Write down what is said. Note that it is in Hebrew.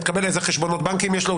תקבל איזה חשבונות בנקים יש לו.